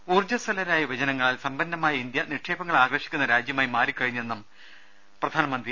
ഊർജ്ജസ്വലരായ യുവജനങ്ങളാൽ സമ്പന്നമായ ഇന്ത്യ നിക്ഷേപങ്ങൾ ആകർഷിക്കുന്ന രാജ്യമായി മാറിക്കഴിഞ്ഞെന്നും പ്രധാനമന്ത്രി